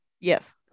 Yes